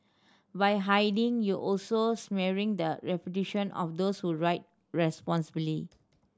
by hiding you also smearing the reputation of those who ride responsibly